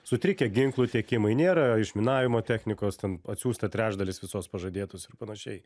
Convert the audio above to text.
sutrikę ginklų tiekimai nėra išminavimo technikos ten atsiųsta trečdalis visos pažadėtos ir panašiai